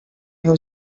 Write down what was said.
new